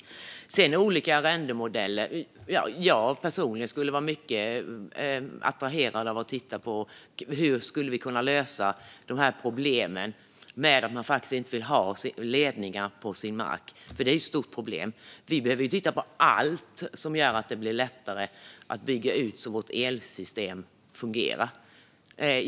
När det gäller olika arrendemodeller skulle jag personligen vara mycket attraherad av att titta på hur vi skulle kunna lösa problemen med att människor faktiskt inte vill ha ledningar på sin mark. Det är nämligen ett stort problem. Vi behöver titta på allt som gör att det blir lättare att bygga ut vårt elsystem så att det fungerar.